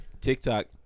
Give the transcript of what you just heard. TikTok